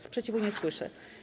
Sprzeciwu nie słyszę.